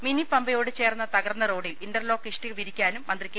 mini പമ്പയോട് ചേർന്ന തകർന്ന റോഡിൽ ഇന്റർലോക്ക് ഇഷ്ടിക വിരിക്കാനും മന്ത്രി കെ